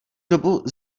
dobu